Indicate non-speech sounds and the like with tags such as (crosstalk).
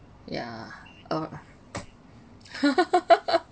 yeah ah (laughs)